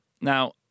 Now